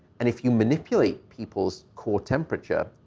and if you manipulate people's core temperature,